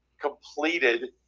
completed